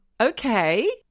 okay